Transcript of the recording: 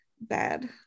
bad